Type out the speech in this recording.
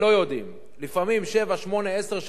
לפעמים שבע, שמונה, עשר שנים, תור וירטואלי.